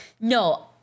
no